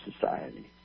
society